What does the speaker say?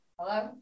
Hello